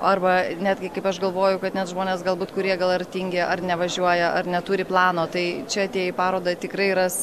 arba netgi kaip aš galvoju kad net žmonės galbūt kurie gal ar tingi ar nevažiuoja ar neturi plano tai čia atėję į parodą tikrai ras